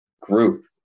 group